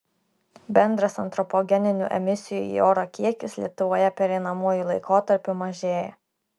bendras antropogeninių emisijų į orą kiekis lietuvoje pereinamuoju laikotarpiu mažėja